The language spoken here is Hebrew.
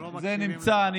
הם לא מקשיבים לך.